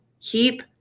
keep